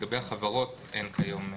לגבי החברות, אין כיום.